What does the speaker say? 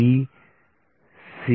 B C r